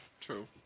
True